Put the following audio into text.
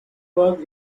work